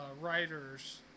writers